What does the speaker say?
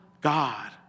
God